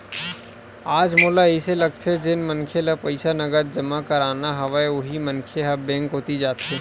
आज मोला अइसे लगथे जेन मनखे ल पईसा नगद जमा करना हवय उही मनखे ह बेंक कोती जाथे